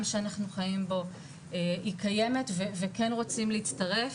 שאנחנו חיים בו היא קיימת וכן רוצים להצטרף,